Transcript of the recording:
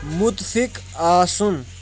مُتفِِق آسُن